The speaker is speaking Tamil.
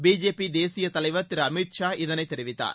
பிஜேபி தேசிய தலைவர் திரு அமித்ஷா இதனைத் தெரிவித்தார்